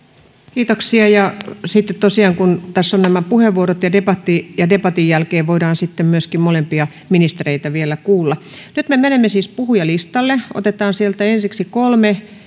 kiitoksia sitten tosiaan tässä on nämä puheenvuorot ja debatti ja debatin jälkeen voidaan myöskin molempia ministereitä vielä kuulla nyt me menemme siis puhujalistalle otetaan sieltä ensiksi